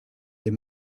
les